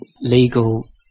legal